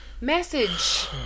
message